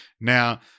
Now